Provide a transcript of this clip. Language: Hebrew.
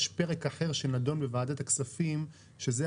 יש פרק אחר שנדון בוועדת הכספים וזו